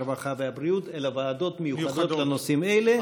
הרווחה והבריאות אלא ועדות מיוחדות לנושאים האלה.